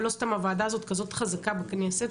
לא סתם הוועדה הזאת כזאת חזקה בכנסת,